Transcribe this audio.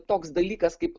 toks dalykas kaip